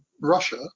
Russia